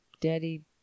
Daddy